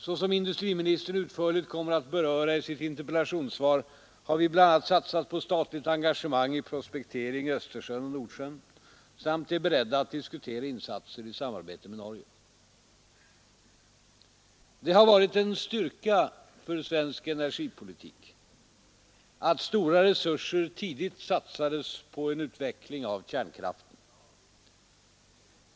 Såsom industriministern utförligt kommer att beröra i sitt interpellationssvar har vi bl.a. satsat på statligt engagemang i prospektering i Östersjön och Nordsjön samt är beredda att diskutera insatser i samarbete med Norge. Det har varit en styrka för svensk energipolitik att stora resurser tidigt satsades på utveckling av kärnkraften.